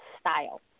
style